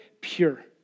pure